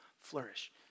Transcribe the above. flourish